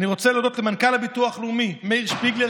אני רוצה להודות למנכ"ל הביטוח הלאומי מאיר שפיגל,